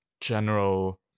general